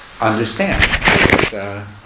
understand